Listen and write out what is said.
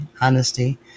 honesty